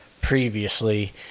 previously